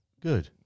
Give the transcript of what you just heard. Good